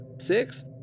six